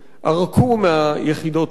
ערקו מהיחידות האלה,